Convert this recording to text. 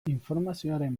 informazioaren